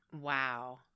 Wow